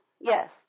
Yes